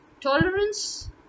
Tolerance